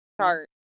chart